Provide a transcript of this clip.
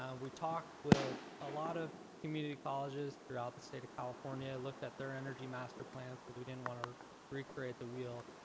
um we talked with a lot of community colleges throughout the state of california, looked at their energy master plans, cause we didn't want to recreate the wheel.